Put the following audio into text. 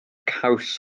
caws